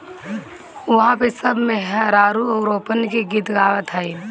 उहा पे सब मेहरारू रोपनी के गीत गावत हईन